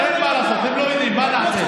אין מה לעשות, הם לא יודעים, מה נעשה.